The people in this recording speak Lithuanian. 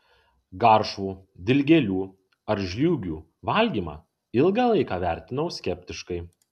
garšvų dilgėlių ar žliūgių valgymą ilgą laiką vertinau skeptiškai